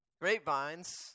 Grapevines